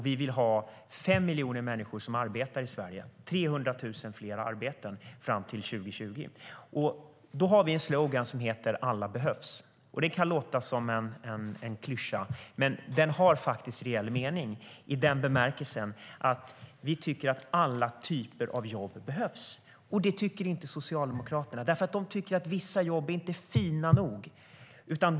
Vi vill ha fem miljoner människor som arbetar i Sverige och 300 000 fler arbeten fram till 2020. Vi har en slogan som är: Alla behövs. Det kan låta som en klyscha, men den har reell mening i den bemärkelsen att vi tycker att alla typer av jobb behövs. Det tycker inte Socialdemokraterna. De tycker att vissa jobb inte är fina nog.